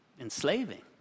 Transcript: enslaving